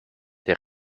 der